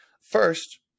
first